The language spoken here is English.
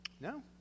No